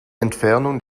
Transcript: entfernung